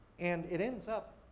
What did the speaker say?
and it ends up,